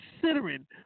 considering